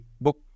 book